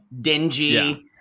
dingy